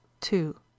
two